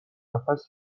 نفس